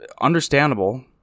Understandable